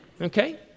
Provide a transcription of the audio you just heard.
okay